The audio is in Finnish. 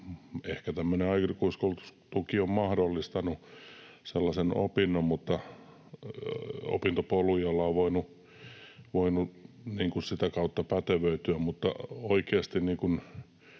aikuiskoulutustuki on mahdollistanut sellaisen opintopolun, jolla on voinut sitä kautta pätevöityä.